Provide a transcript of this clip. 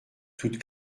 toute